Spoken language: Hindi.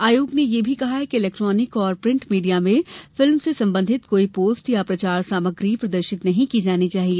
आयोग ने यह भी कहा कि इलेक्ट्रोनिक और प्रिंट मीडिया में फिल्म से संबंधित कोई पोस्ट या प्रचार सामग्री प्रदर्शित नहीं की जानी चाहिए